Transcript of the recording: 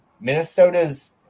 Minnesota's –